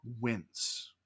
wins